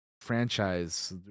franchise